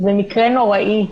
זה מקרה נוראי.